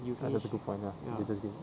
ah that's a good point ya they just did